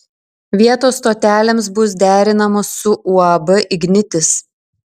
vietos stotelėms bus derinamos su uab ignitis